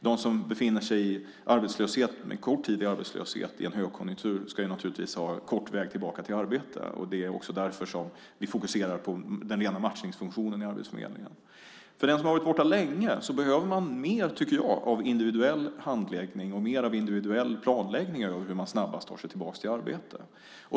De som har befunnit sig kort tid i arbetslöshet i en högkonjunktur ska ha kort väg tillbaka till arbete. Det är också därför som vi fokuserar på den rena matchningsfunktionen i arbetsförmedlingen. För den som har varit borta länge tycker jag att man behöver mer av individuell handläggning och mer av individuell planläggning av hur man snabbast tar sig tillbaka till arbete.